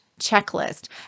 checklist